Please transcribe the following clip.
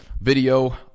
video